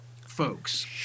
folks